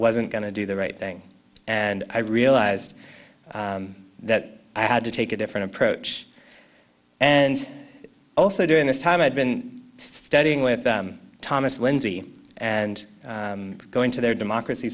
wasn't going to do the right thing and i realized that i had to take a different approach and also during this time i had been studying with thomas lindsay and going to their democracy